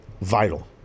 Vital